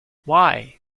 why